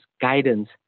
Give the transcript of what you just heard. guidance